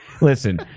listen